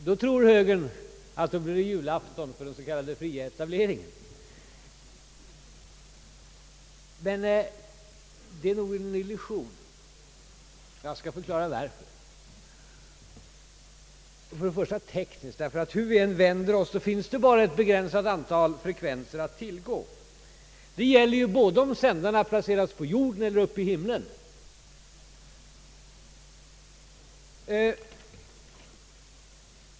Då tror högern att det blir julafton för s.k. fri etablering. Men det är nog en illusion! Jag skall förklara varför. Det är först ett tekniskt problem, ty hur vi än vänder oss finns det bara ett begränsat antal frekvenser att tillgå. Det gäller både om sändarna placeras på jorden eller uppe i himlen.